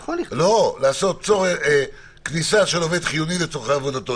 לכתוב: "כניסה של עובד חיוני לצרכי עבודתו",